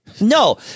No